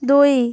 ଦୁଇ